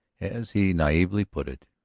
as he naively put it,